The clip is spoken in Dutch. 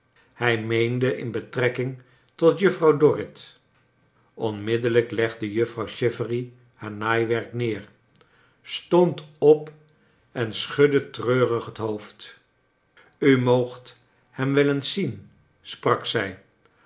hij meende in betrekking tot juffrouw dorrit onmiddellijk legde juffrouw chivery haar naaiwerk neer stond op en schudde treurig het hoofd u moogt hem wel eens zien sprak zij